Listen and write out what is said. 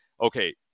okay